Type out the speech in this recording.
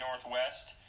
Northwest